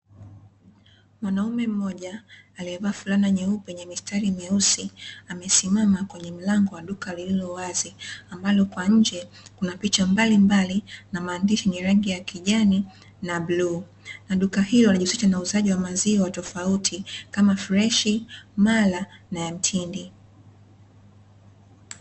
Mwanaume mmoja aliyevaa fulana nyeupe yenye mistari nyeusi amesimama kwenye mlango wa duka lililo wazi ambalo kwa nje kuna picha mbalimbali, na maandishi ni rangi ya kijani na bluu, na duka hilo anajihusisha na uuzaji wa maziwa tofauti kama freshi, mala na ya mtindi.